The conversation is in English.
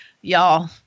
Y'all